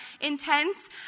intense